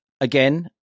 again